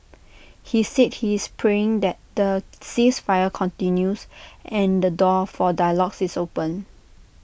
he said he is praying that the ceasefire continues and the door for dialogues is opened